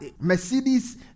Mercedes